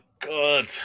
God